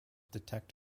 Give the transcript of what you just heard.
detect